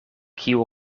kiu